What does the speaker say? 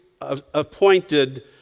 appointed